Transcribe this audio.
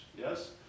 yes